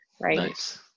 Right